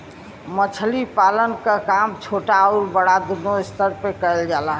मछली पालन क काम छोटा आउर बड़ा दूनो स्तर पे करल जाला